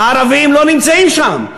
הערבים לא נמצאים שם.